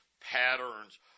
patterns